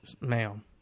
Ma'am